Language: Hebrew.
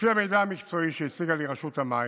לפי המידע המקצועי שהציגה לי רשות המים,